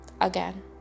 again